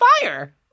fire